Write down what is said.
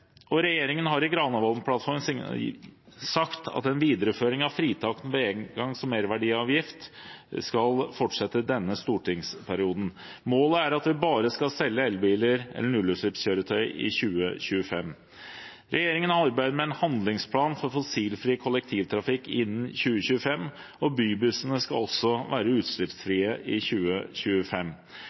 Regjeringen har i Granavolden-plattformen sagt at en videreføring av fritak for engangs- og merverdiavgift skal fortsette denne stortingsperioden. Målet er at vi bare skal selge elbiler eller nullutslippskjøretøy i 2025. Regjeringen arbeider med en handlingsplan for fossilfri kollektivtrafikk innen 2025. Bybussene skal være utslippsfrie i 2025.